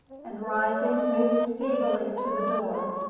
and, rising, moved feebly to the door.